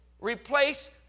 replace